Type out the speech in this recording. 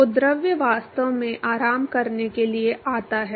तो द्रव वास्तव में आराम करने के लिए आता है